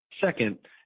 Second